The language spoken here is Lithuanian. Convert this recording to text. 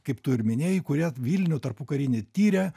kaip tu ir minėjai kurie vilnių tarpukarinį tyrė